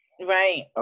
Right